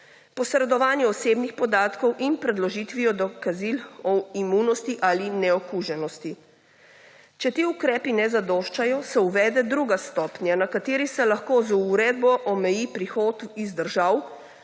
posredovanjem osebnih podatkov in predložitvijo dokazil o imunosti ali neokuženosti. Če ti ukrepi ne zadoščajo, se uvede druga stopnja, na kateri se lahko z uredbo omeji prehod iz držav,